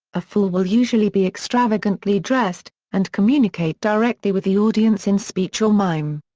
a fool will usually be extravagantly dressed, and communicate directly with the audience in speech or mime.